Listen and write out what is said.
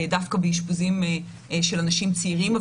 דווקא באשפוזים של אנשים צעירים,